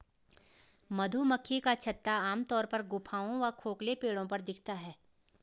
मधुमक्खी का छत्ता आमतौर पर गुफाओं व खोखले पेड़ों पर दिखता है